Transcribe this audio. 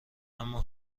اما